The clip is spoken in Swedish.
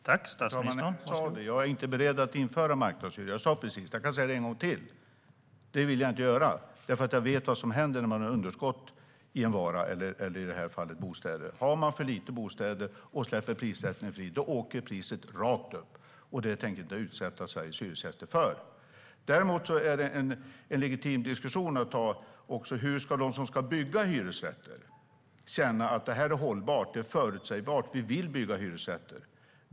Herr talman! Jag är inte beredd att införa marknadshyror. Jag sa precis det, och jag kan säga det en gång till. Det vill jag inte göra, eftersom jag vet vad som händer när man har underskott på en vara eller i det här fallet bostäder. Har man för lite bostäder och släpper prissättningen fri åker priset rakt upp. Det tänker jag inte utsätta Sveriges hyresgäster för. Däremot är det en legitim diskussion att ta hur de som ska bygga hyresrätter ska känna att det är hållbart och förutsägbart och säga: Vi vill bygga hyresrätter.